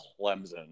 Clemson